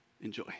enjoy